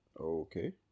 Okay